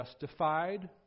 justified